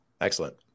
Excellent